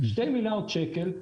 2 מיליארד שקל,